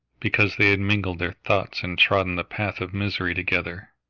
because they mingled their thoughts and trodden the path of misery together.